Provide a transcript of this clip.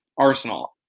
Arsenal